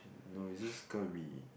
no you just gonna be